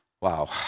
Wow